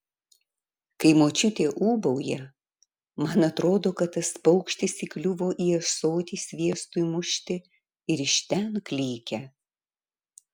kai močiutė ūbauja man atrodo kad tas paukštis įkliuvo į ąsotį sviestui mušti ir iš ten klykia